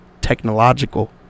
technological